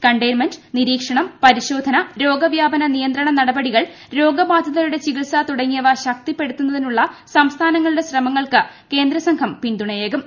containment നിരീക്ഷണം പരിശോധന രോഗവ്യാപന നിയന്ത്രണ നടപടികൾ രോഗബാധിതരുടെ ചികിത്സ തുടങ്ങിയവ ശക്തിപ്പെടുത്തുന്നതിനുള്ള സംസ്ഥാനങ്ങളുടെ ശ്രമങ്ങൾക്ക് കേന്ദ്ര സംഘം പിന്തുണയേകും